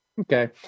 Okay